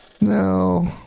No